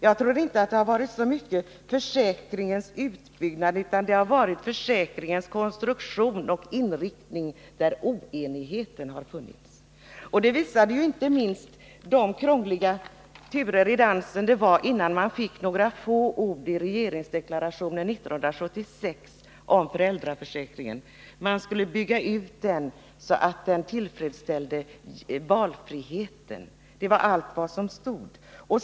Jag tror inte att det så mycket varit försäkringens utbyggnad som försäkringens konstruktion och inriktning som det rått oenighet om. Det visar inte minst de krångliga turer i dansen som förekom innan man fick några ord om föräldraförsäkringen i regeringsdeklarationen 1976. Man skulle bygga ut den, så att den tillfredsställde valfriheten — det var allt som stod.